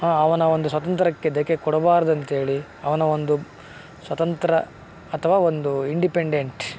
ಅವನ ಒಂದು ಸ್ವತಂತ್ರಕ್ಕೆ ದಕ್ಕೆ ಕೊಡಬಾರ್ದು ಅಂತೇಳಿ ಅವನ ಒಂದು ಸ್ವತಂತ್ರ ಅಥವಾ ಒಂದು ಇಂಡಿಪೆಂಡೆಂಟ್